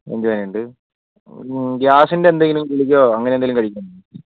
നെഞ്ചുവേദന ഉണ്ട് ഗ്യാസിൻ്റെ എന്തെങ്കിലും ഗുളികയോ അങ്ങനെ എന്തെങ്കിലും കഴിക്കുന്നുണ്ടോ